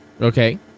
Okay